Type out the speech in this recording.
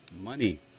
Money